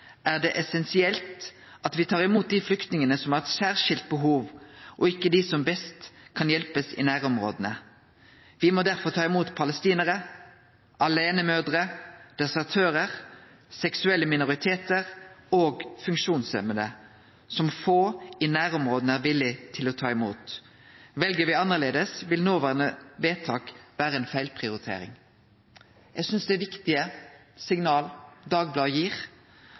er det essensielt at vi tar imot de flyktningene som har særskilte behov og ikke de som best kan hjelpes i nærområdene. Vi må derfor ta imot palestinere, alenemødre, desertører, seksuelle minoriteter og funksjonshemmede, som få i nærområdet er villig til å ta inn. Velger vi annerledes vil det nåværende vedtaket ha vært en feilprioritering.» Eg synest det er viktige signal Dagbladet gir,